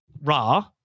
Ra